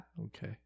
Okay